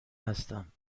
هستم